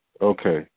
Okay